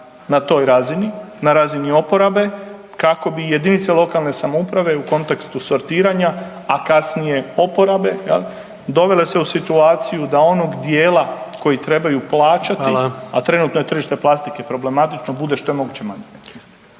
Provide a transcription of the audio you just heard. na razini oporabe kako bi jedinice lokalne samouprave u kontekstu sortiranja, a kasnije oporabe jel dovele se u situaciju da onog dijela koji trebaju plaćati …/Upadica: Hvala./… a trenutno je tržište plastike problematično bude što je moguće manje.